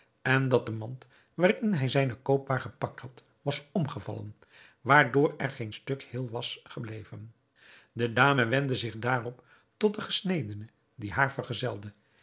en dat de mand waarin hij zijne koopwaar gepakt had was omgevallen waardoor er geen stuk heel was gebleven de dame wendde zich daarop tot den gesnedene die haar